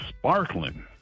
sparkling